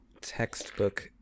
textbook